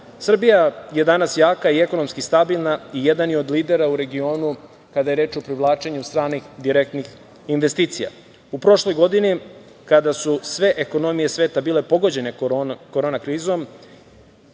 jasno. Srbija je danas jaka i ekonomski stabilna i jedan je lidera u regionu kada je reč o privlačenju stranih direktnih investicija. U prošloj godini kada su sve ekonomije sveta bile pogođene korona krizom